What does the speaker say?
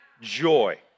joy